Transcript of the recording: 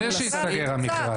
לפני שייסגר המכרז,